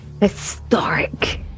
Historic